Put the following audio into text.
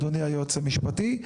אדוני היועץ המשפטי,